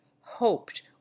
hoped